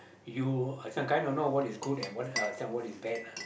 you as in I kind of know what is good and what uh this one what is bad lah